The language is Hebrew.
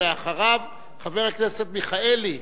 ואחריו, חבר הכנסת מיכאלי.